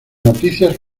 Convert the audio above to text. noticias